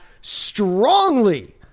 strongly